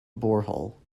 borehole